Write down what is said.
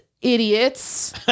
idiots